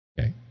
Okay